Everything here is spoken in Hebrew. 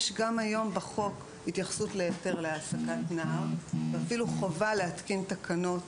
יש גם היום בחוק התייחסות להיתר להעסקת נער ואפילו חובה להתקין תקנות